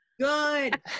good